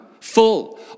full